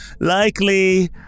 Likely